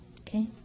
Okay